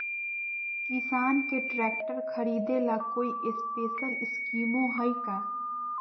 किसान के ट्रैक्टर खरीदे ला कोई स्पेशल स्कीमो हइ का?